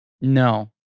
No